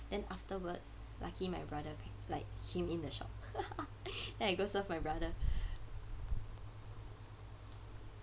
then afterwards lucky my brother like came in the shop then I go serve my brother